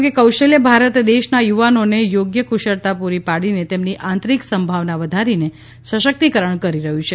તેમણે કહ્યું કૌશલ્ય ભારત દેશના યુવાનોને યોગ્ય કુશળતા પૂરી પાડીને તેમની આંતરિક સંભાવના વધારીને સશક્તિકરણ કરી રહ્યું છે